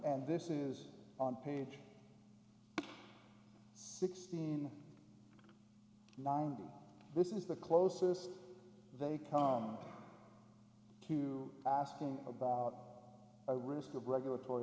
and this is on page sixteen nine this is the closest they come to asking about a risk of regulatory